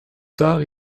tard